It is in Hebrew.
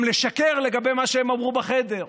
גם לשקר לגבי מה שהם אמרו בחדר,